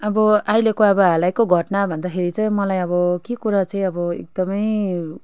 अब अहिलेको अब हालैको घटना भन्दाखेरि चाहिँ मलाई अब के कुरा चाहिँ अब एकदमै